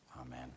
Amen